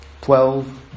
Twelve